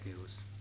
news